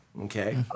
Okay